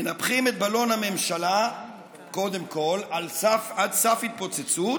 מנפחים את בלון הממשלה קודם כול עד לסף התפוצצות